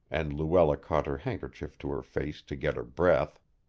and luella caught her handkerchief to her face to get her breath.